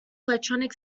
electronic